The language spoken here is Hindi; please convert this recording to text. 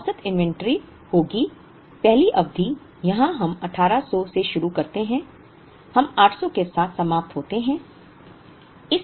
अब औसत इन्वेंट्री होगी पहली अवधि यहां हम 1800 से शुरू करते हैं हम 800 के साथ समाप्त होते हैं